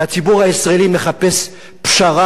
והציבור הישראלי מחפש פשרה,